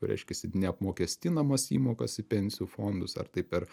reiškiasi neapmokestinamas įmokas į pensijų fondus ar tai per